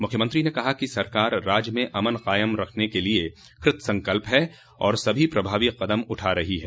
मुख्यमंत्री ने कहा कि सरकार राज्य में अमन कायम रखने के लिए कृतसंकल्प है और सभी प्रभावी कदम उठा रही है